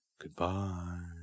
goodbye